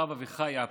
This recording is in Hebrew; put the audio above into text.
הרב אביחי אפל.